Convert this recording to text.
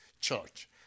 church